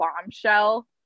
bombshell